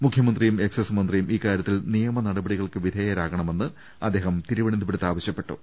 മുഖ്യമന്ത്രിയും എക്സൈസ് മന്ത്രിയും ഇക്കാര്യത്തീൽ നിയമ നടപടികൾക്ക് വിധേയരാകണമെന്ന് അദ്ദേഹ്യതിരു്വനന്തപുരത്ത് ആവശ്യപ്പെട്ടു